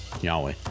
Yahweh